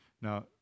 Now